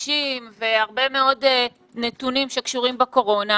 קשים והרבה מאוד נתונים שקשורים בקורונה,